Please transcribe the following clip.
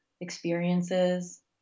experiences